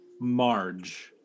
Marge